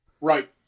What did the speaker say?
right